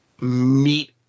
meet